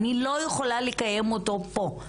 אני לא יכולה לקיים אותו פה.